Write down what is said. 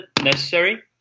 necessary